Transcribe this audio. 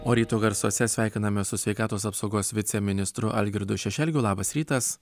o ryto garsuose sveikinamės su sveikatos apsaugos viceministru algirdu šešelgiu labas rytas